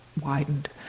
widened